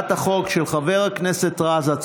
של חבר הכנסת מוסי רז.